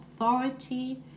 authority